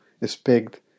expect